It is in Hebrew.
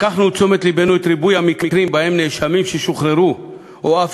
לקחנו לתשומת לבנו את ריבוי המקרים שנאשמים שוחררו או אף